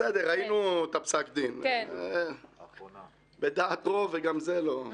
בסדר, ראינו את פסק הדין, בדעת רוב וגם זה לא.